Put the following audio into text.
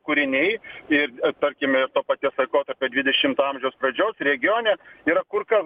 kūriniai ir tarkime ir to paties laikotarpio dvidešimto amžiaus pradžios regione yra kur kas